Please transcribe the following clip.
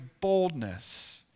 boldness